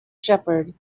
shepherd